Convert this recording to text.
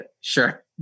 Sure